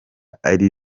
ari